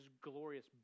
glorious